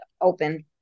open